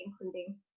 including